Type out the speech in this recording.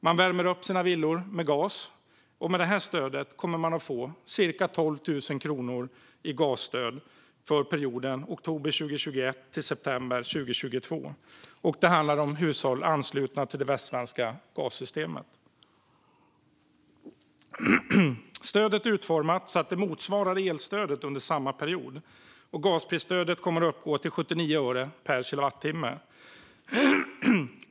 De värmer upp sina villor med gas. Med det här stödet kommer de att få cirka 12 000 kronor i gasstöd för perioden oktober 2021 - september 2022. Det handlar om hushåll som är anslutna till det västsvenska gassystemet. Stödet är utformat så att det motsvarar elstödet under samma period. Gasprisstödet kommer att uppgå till 79 öre per kilowattimme.